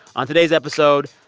on today's episode,